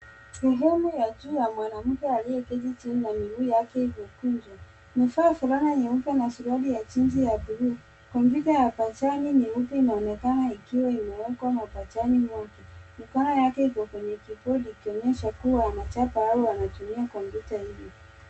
Sehemu ya juu ya mwanamke aliyeketi chini na miguu yake imekunjwa . Amevaa fulana nyeupe na suruali ya jeans ya bluu. Kompyuta ya pajani nyeupe inaonekana ikiwa imewekwa mapajani mwake . Mikono yake iko kwenye kibodi ikionyesha kuwa anachapa au anatumia kompyuta hiyo.